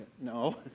No